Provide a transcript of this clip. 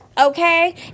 Okay